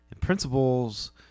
Principles